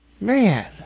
Man